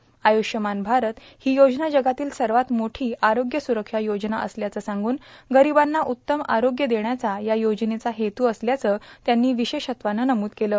आयुष्यमान भारत ही योजना जगातील सर्वात मोठी आरोग्य सुरक्षा योजना असल्याचं सांगून गरीबांना उत्तम आरोग्य देण्याचा या योजनेचा हेतू असल्याचं त्यांनी विशेषत्वानं नमूद केलं